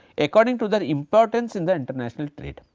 according to their importance in the international trade.